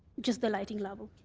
just the lighting level.